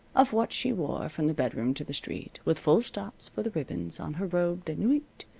of what she wore from the bedroom to the street, with full stops for the ribbons on her robe de nuit,